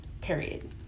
period